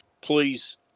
please